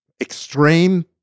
extreme